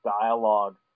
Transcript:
dialogue